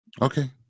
okay